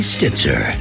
Stitzer